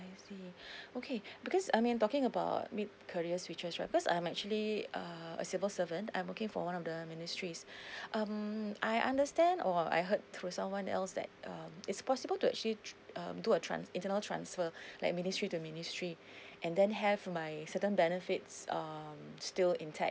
I see okay because I mean talking about mid career switches right cause I'm actually err a civil servant I'm working for one of the ministries um I understand or I heard through someone else that um it's possible to actually tr~ um do a trans~ internal transfer like ministry to ministry and then have my certain benefits um still intact